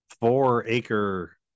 four-acre